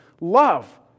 love